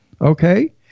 okay